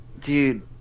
dude